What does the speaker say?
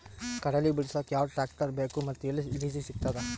ಕಡಲಿ ಬಿಡಸಕ್ ಯಾವ ಟ್ರ್ಯಾಕ್ಟರ್ ಬೇಕು ಮತ್ತು ಎಲ್ಲಿ ಲಿಜೀಗ ಸಿಗತದ?